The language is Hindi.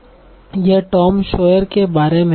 यह टॉम सॉयर के बारे में है